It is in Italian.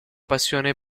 passione